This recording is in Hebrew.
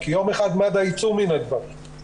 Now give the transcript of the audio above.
מי בעד אישור תקנה 6?